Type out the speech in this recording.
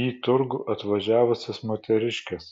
į turgų atvažiavusios moteriškės